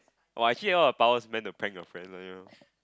oh actually all the powers meant to prank your friends one you know